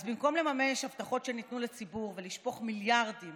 אז במקום לממש הבטחות שניתנו לציבור ולשפוך מיליארדים